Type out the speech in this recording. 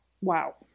wow